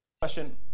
Question